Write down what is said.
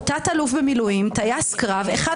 חצוף.